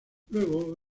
luego